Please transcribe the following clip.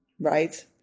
right